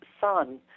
son